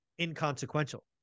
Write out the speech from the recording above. inconsequential